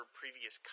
previous